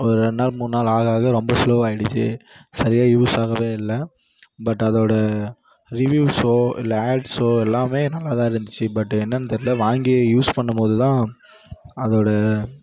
ஒரு ரெண்டு நாள் மூணு நாள் ஆக ஆக ரொம்ப ஸ்லோவாயிடுச்சு சரியாக யூஸ் ஆகவே இல்லை பட் அதோடய ரிவ்யூஸோ இல்லை ஆட்ஸோ எல்லாமே நல்லாதான் இருந்திச்சு பட் என்னென்னு தெரில வாங்கி யூஸ் பண்ணும்போதுதான் அதோடய